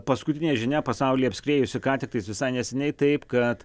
paskutinė žinia pasaulį apskriejusi ką tik tai visai neseniai taip kad